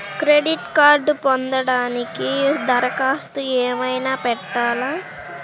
Credit కార్డ్ను పొందటానికి దరఖాస్తు ఏమయినా పెట్టాలా?